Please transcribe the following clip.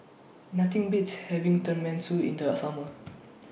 Nothing Beats having Tenmusu in The Summer